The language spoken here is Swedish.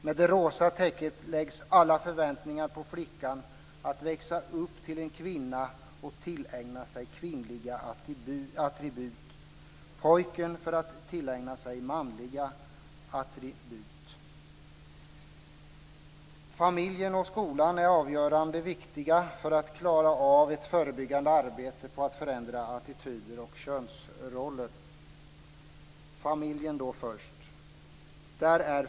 Med det rosa täcket läggs alla förväntningar på flickan att växa upp till en kvinna och tillägna sig kvinnliga attribut medan det blå täcket läggs på pojken för att han ska tillägna sig manliga attribut. Familjen och skolan är avgörande för att man ska klara av ett förebyggande arbete på att förändra attityder och könsroller. Jag ska tala om familjen först.